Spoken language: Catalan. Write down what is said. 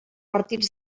partits